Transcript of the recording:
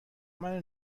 منو